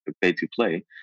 pay-to-play